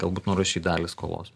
galbūt nurašyt dalį skolos